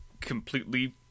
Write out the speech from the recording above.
completely